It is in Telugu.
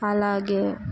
అలాగే